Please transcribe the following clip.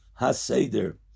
HaSeder